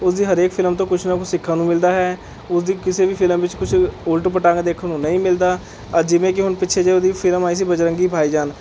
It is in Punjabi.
ਉਸਦੀ ਹਰੇਕ ਫਿਲਮ ਤੋਂ ਕੁਛ ਨਾ ਕੁਛ ਸਿੱਖਣ ਨੂੰ ਮਿਲਦਾ ਹੈ ਉਸਦੀ ਕਿਸੇ ਵੀ ਫਿਲਮ ਵਿੱਚ ਕੁਛ ਉਲ਼ਟ ਪਟਾਂਗ ਦੇਖਣ ਨੂੰ ਨਹੀਂ ਮਿਲਦਾ ਜਿਵੇਂ ਕਿ ਹੁਣ ਪਿੱਛੇ ਜਿਹੇ ਉਹਦੀ ਇੱਕ ਫਿਲਮ ਆਈ ਸੀ ਬਜਰੰਗੀ ਭਾਈਜਾਨ